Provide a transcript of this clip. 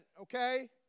okay